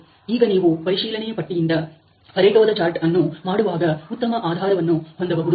ಈಗ ನೀವು ಪರಿಶೀಲನೆಯ ಪಟ್ಟಿಯಿಂದ ಪರೆಟೋದ ಚಾರ್ಟ್ ಅನ್ನು ಮಾಡುವಾಗ ಉತ್ತಮ ಆಧಾರವನ್ನು ಹೊಂದಬಹುದು